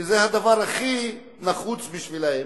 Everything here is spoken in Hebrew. שזה הדבר הכי נחוץ בשבילם,